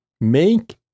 Make